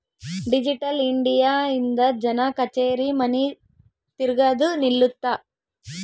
digital India ಇಂದ ಜನ ಕಛೇರಿ ಮನಿ ತಿರ್ಗದು ನಿಲ್ಲುತ್ತ